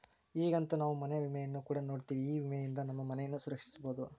ಈಗಂತೂ ನಾವು ಮನೆ ವಿಮೆಯನ್ನು ಕೂಡ ನೋಡ್ತಿವಿ, ಈ ವಿಮೆಯಿಂದ ನಮ್ಮ ಮನೆಯನ್ನ ಸಂರಕ್ಷಿಸಬೊದು